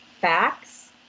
facts